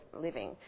living